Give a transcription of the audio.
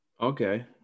okay